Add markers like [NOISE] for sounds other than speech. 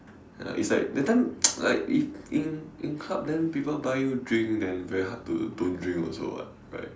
ya it's like that time [NOISE] like if in in club then people buy you drink then very hard to don't drink also [what] right